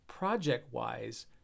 project-wise